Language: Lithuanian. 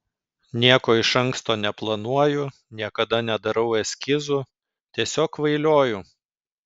nieko iš anksto neplanuoju niekada nedarau eskizų tiesiog kvailioju